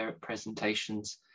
presentations